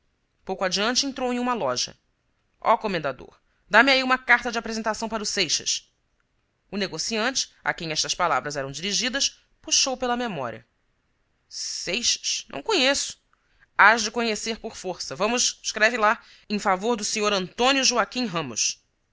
pouco adiante entrou em uma loja ó comendador dá-me aí uma carta de apresentação para o seixas o negociante a quem estas palavras eram dirigidas puxou pela memória seixas não conheço hás de conhecer por força vamos escreve lá em favor do sr antônio joaquim ramos